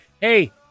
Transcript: hey